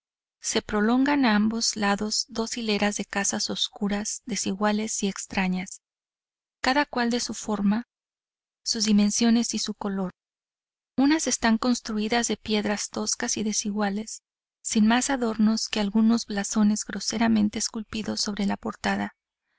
se prolongan a ambos lados dos hileras de casas oscuras desiguales y extrañas cada cual de su forma sus dimensiones y su color unas están construidas de piedras toscas y desiguales sin más adornos que algunos blasones groseramente esculpidos sobre la portada